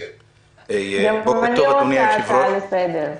גם אני רוצה הצעה לסדר.